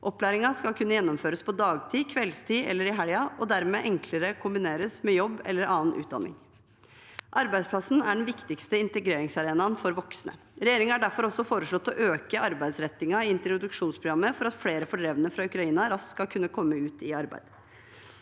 Opplæringen skal kunne gjennomføres på dagtid, på kveldstid eller i helgen og kan dermed enklere kombineres med jobb eller annen utdanning. Arbeidsplassen er den viktigste integreringsarenaen for voksne. Regjeringen har derfor også foreslått å øke arbeidsrettingen i introduksjonsprogrammet, for at flere fordrevne fra Ukraina raskt skal kunne komme ut i arbeid.